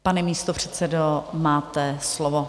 Pane místopředsedo, máte slovo.